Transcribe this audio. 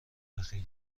اخیر